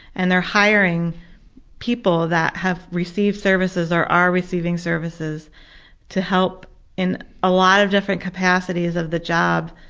and they're hiring people that have received services or are receiving services to help in a lot of different capacities of the job.